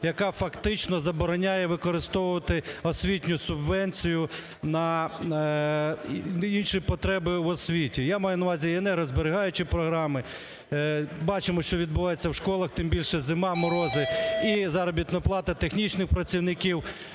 яка фактично забороняє використовувати освітню субвенцію на інші потреби в освіті. Я маю на увазі енергозберігаючі програми. Бачимо, що відбувається в школах, тим більше зима, морози і заробітна плата технічних працівників,